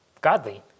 godly